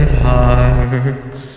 heart's